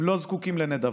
הם לא זקוקים לנדבות,